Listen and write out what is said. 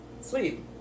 sleep